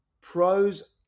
pros